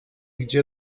gdzie